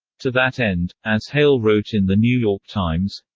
to that end, as hale wrote in the new york times